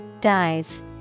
Dive